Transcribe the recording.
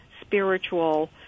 spiritual